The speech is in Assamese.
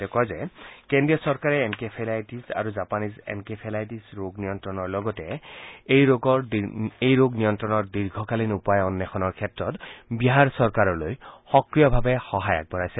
তেওঁ কয় যে কেন্দ্ৰীয় চৰকাৰে এনকেফেলাইটিছ আৰু জাপানিজ এনকেফেলাইটিছ ৰোগ নিয়ন্ত্ৰণৰ লগতে এই ৰোগ নিয়ন্ত্ৰণৰ দীৰ্ঘকালীন উপায় অয়েষণৰ ক্ষেত্ৰত বিহাৰ চৰকাৰলৈ সক্ৰিয়ভাৱে সহায় আগবঢ়াইছে